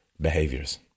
behaviors